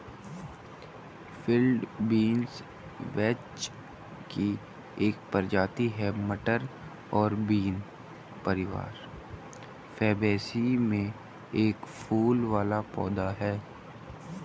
field beans vetch की एक प्रजाति है, मटर और बीन परिवार फैबेसी में एक फूल वाला पौधा है